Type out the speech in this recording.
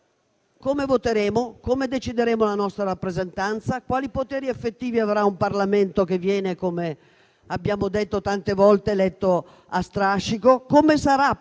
come voteremo, come decideremo la nostra rappresentanza, quali poteri effettivi avrà un Parlamento che, come abbiamo detto tante volte, viene eletto a strascico, come sarà